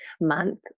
month